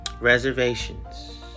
Reservations